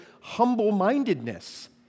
humble-mindedness